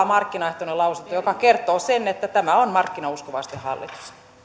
markkinaehtoinen lausunto joka kertoo sen että tämä on markkinauskovaisten hallitus